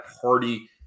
Party